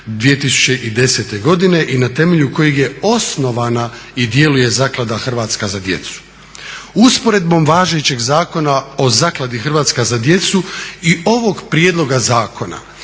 "Hrvatska za djecu".